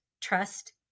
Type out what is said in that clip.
trust